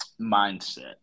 mindset